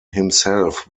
himself